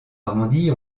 arrondis